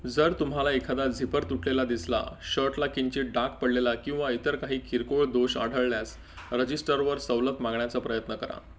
जर तुम्हाला एखादा झिपर तुटलेला दिसला शर्टला किंचित डाग पडलेला किंवा इतर काही किरकोळ दोष आढळल्यास रजिस्टरवर सवलत मागण्याचा प्रयत्न करा